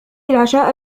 العشاء